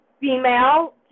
female